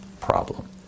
problem